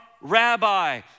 rabbi